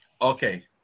Okay